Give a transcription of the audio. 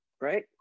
Right